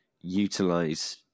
utilize